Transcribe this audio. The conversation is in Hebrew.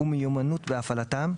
ומיומנות בהפעלתם,